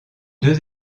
deux